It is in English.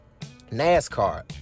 NASCAR